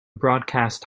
broadcast